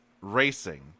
racing